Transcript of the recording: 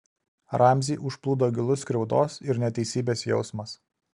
ramzį užplūdo gilus skriaudos ir neteisybės jausmas